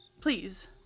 Please